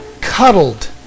cuddled